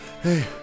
Hey